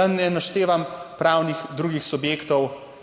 da ne naštevam pravnih drugih subjektov,